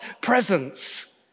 presence